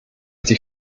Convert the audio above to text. die